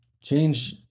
change